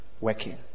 working